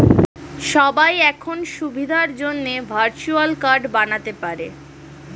সবাই এখন সুবিধার জন্যে ভার্চুয়াল কার্ড বানাতে পারে